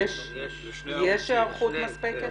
יש היערכות נוספת?